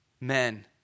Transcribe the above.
men